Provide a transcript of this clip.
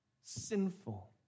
sinful